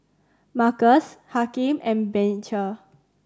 Markus Hakim and Beecher